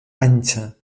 ancha